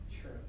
true